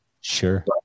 sure